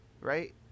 right